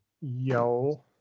Yo